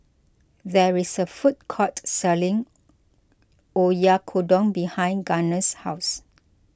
there is a food court selling Oyakodon behind Garner's house